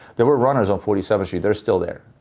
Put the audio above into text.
there were runners on forty seventh street they're still there.